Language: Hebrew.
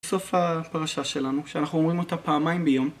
זה סוף הפרשה שלנו שאנחנו אומרים אותה פעמיים ביום.